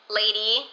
lady